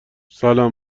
سلام